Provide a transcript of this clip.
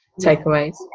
takeaways